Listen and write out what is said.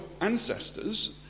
ancestors